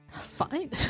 Fine